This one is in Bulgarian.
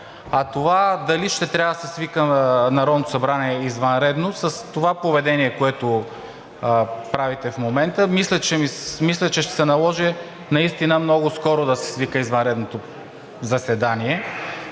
А това дали ще трябва да се свика Народното събрание извънредно – с това поведение, което правите в момента, мисля, че ще се наложи наистина много скоро да се свика извънредното заседание,